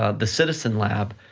ah the citizen lab,